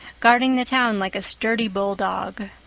guarding the town like a sturdy bulldog.